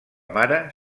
mare